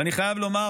ואני חייב לומר,